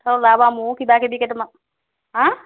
ওলাবা ময়ো কিবা কিবি কেইটামান হা